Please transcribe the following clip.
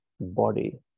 body